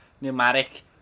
pneumatic